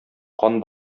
кан